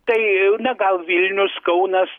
tai na gal vilnius kaunas